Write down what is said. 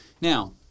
Now